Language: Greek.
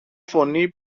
φωνή